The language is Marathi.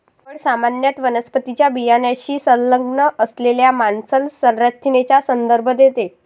फळ सामान्यत वनस्पतीच्या बियाण्याशी संलग्न असलेल्या मांसल संरचनेचा संदर्भ देते